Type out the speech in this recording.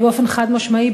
באופן חד-משמעי.